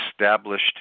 established